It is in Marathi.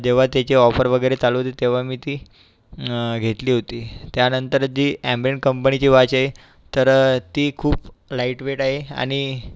जेव्हा त्याची ऑफर वगैरे चालू होती तेव्हा मी ती घेतली होती त्यानंतर जी ॲम्वेन कंपनीची वॉच आहे तर ती खूप लाइटवेट आहे आणि